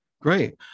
Great